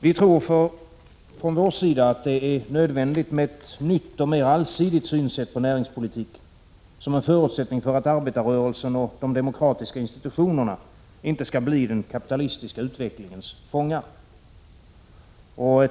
Vi tror för vår del att det är nödvändigt med ett nytt och mer allsidigt synsätt på näringspolitiken som en förutsättning för att arbetarrörelsen och de demokratiska institutionerna inte skall bli den kapitalistiska utvecklingens fångar.